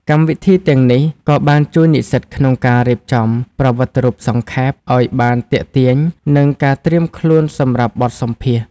កម្មវិធីទាំងនេះក៏បានជួយនិស្សិតក្នុងការរៀបចំ ប្រវត្តិរូបសង្ខេប ឱ្យបានទាក់ទាញ និងការត្រៀមខ្លួនសម្រាប់បទសម្ភាសន៍។